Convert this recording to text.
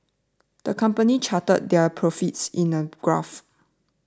the company charted their profits in a graph